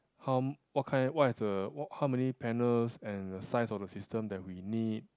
how m~ what kind what is the how many panels and the size of the system that we need